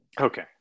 Okay